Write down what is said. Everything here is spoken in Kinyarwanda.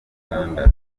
uganda